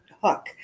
hook